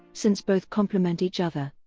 since both complement each other.